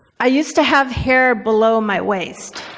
i used to have hair below my waist.